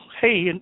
hey